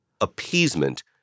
Appeasement